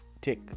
take